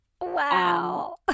Wow